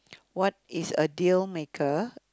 what is a dealmaker